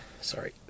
Sorry